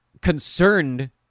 concerned